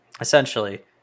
Essentially